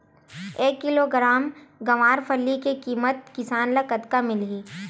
एक किलोग्राम गवारफली के किमत किसान ल कतका मिलही?